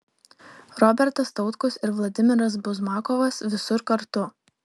robertas tautkus ir vladimiras buzmakovas visur kartu